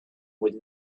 with